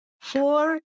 four